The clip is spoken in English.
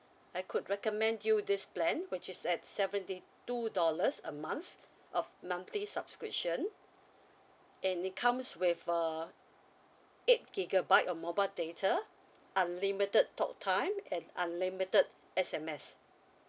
I could recommend you this plan which is at seventy two dollars a month of monthly subscription and it comes with uh eight gigabyte of mobile data unlimited talk time and unlimited S_M_S